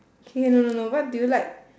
okay no no no what do you like